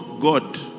God